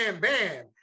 bam